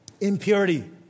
impurity